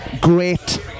great